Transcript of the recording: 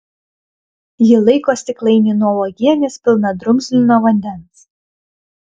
ji laiko stiklainį nuo uogienės pilną drumzlino vandens